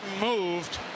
moved